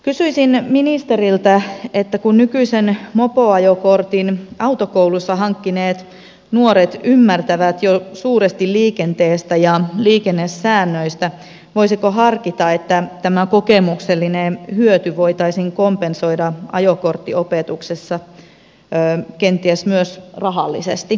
kysyisin ministeriltä että kun nykyisen mopoajokortin autokoulussa hankkineet nuoret ymmärtävät jo suuresti liikenteestä ja liikennesäännöistä voisiko harkita että tämä kokemuksellinen hyöty voitaisiin kompensoida ajokorttiopetuksessa kenties myös rahallisesti